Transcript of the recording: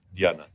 Diana